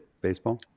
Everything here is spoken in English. baseball